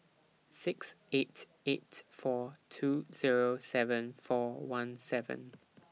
six eight eight four two Zero seven four one seven